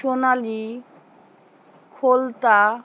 সোনালি খোলতা